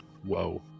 Whoa